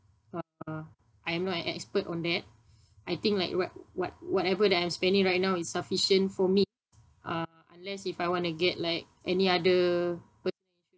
uh I'm not an expert on that I think like right what whatever that I'm spending right now is sufficient for me uh unless if I want to get like any other